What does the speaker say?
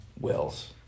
wills